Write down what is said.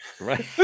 Right